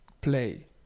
play